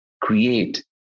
create